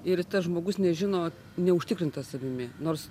ir tas žmogus nežino neužtikrintas savimi nors